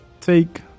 Take